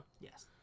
Yes